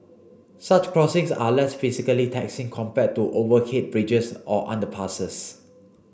such crossings are less physically taxing compared to overhead bridges or underpasses